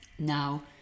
Now